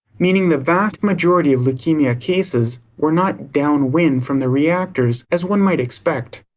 meaning the vast majority of leukemia cases were not downwind from the reactors, as one might expect.